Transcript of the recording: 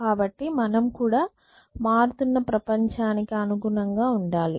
కాబట్టి మనం కూడా మారుతున్న ప్రపంచానికి అనుగుణంగా ఉండాలి